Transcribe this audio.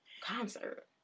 concert